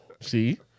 See